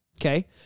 Okay